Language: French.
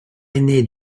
aîné